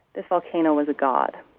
this volcano was a god.